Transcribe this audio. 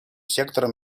сектором